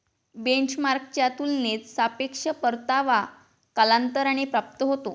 बेंचमार्कच्या तुलनेत सापेक्ष परतावा कालांतराने प्राप्त होतो